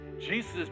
Jesus